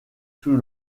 sous